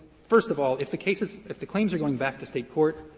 first of all, if the cases if the claims are going back to state court,